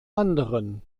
anderen